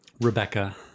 Rebecca